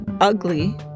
ugly